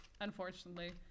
unfortunately